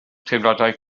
teimladau